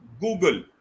Google